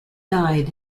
died